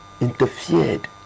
Interfered